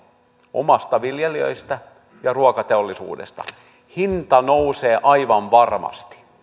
omilta viljelijöiltä ja ruokateollisuudelta hinta nousee aivan varmasti